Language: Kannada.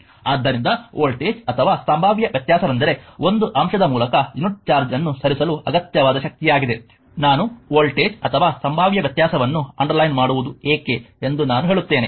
ಆದ್ದರಿಂದ ವೋಲ್ಟೇಜ್ ಅಥವಾ ಸಂಭಾವ್ಯ ವ್ಯತ್ಯಾಸವೆಂದರೆ ಒಂದು ಅಂಶದ ಮೂಲಕ ಯುನಿಟ್ ಚಾರ್ಜ್ ಅನ್ನು ಸರಿಸಲು ಅಗತ್ಯವಾದ ಶಕ್ತಿಯಾಗಿದೆ ನಾನು ವೋಲ್ಟೇಜ್ ಅಥವಾ ಸಂಭಾವ್ಯ ವ್ಯತ್ಯಾಸವನ್ನು ಅಂಡರ್ಲೈನ್ ಮಾಡುವುದು ಏಕೆ ಎಂದು ನಾನು ಹೇಳುತ್ತೇನೆ